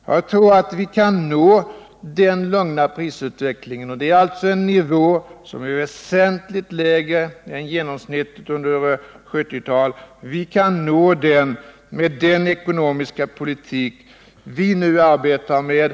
Jag tror att vi kan nå en lugn prisutveckling — alltså en prisökning som är väsentligt lägre än genomsnittet under 1970-talet — med den ekonomiska politik som vi nu arbetar med.